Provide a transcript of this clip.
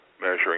measuring